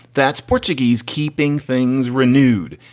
that's portuguese keeping things renewed.